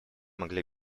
могли